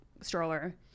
stroller